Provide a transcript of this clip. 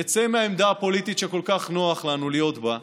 נצא מהעמדה הפוליטית שכל כך נוח לנו להיות בה,